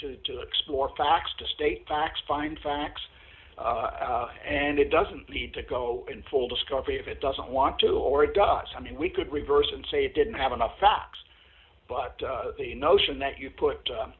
to to explore facts to state facts find facts and it doesn't need to go in full discovery if it doesn't want to or draw something we could reverse and say it didn't have enough facts but the notion that you put